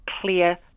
clear